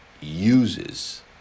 uses